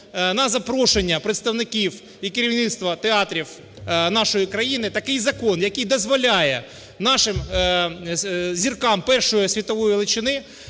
на запрошення представників і керівництва театрів нашої країни такий закон, який дозволяє нашим зіркам першої світової величини